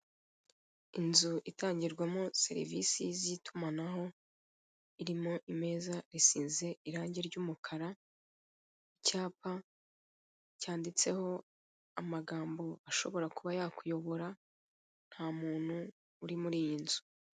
Inzu itangirwamo serivise z'itumanaho irimo imeza isize irange ry'umukara, icyapa cyanditseho amagambo ashobora kuba yakuyobora nta muntu uri muri iyi nzu.